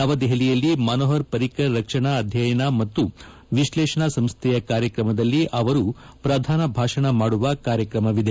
ನವದೆಹಲಿಯಲ್ಲಿ ಮನೋಹರ್ ಪರಿಕರ್ ರಕ್ಷಣಾ ಅಧ್ಯಯನ ಮತ್ತು ವಿಶ್ಲೇಷಣೆ ಸಂಸ್ದೆಯ ಕಾರ್ಯಕ್ರಮದಲ್ಲಿ ಅವರು ಪ್ರಧಾನ ಭಾಷಣ ಮಾಡುವ ಕಾರ್ಯಕ್ರಮವಿದೆ